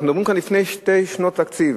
אנחנו מדברים כאן לפני שתי שנות תקציב.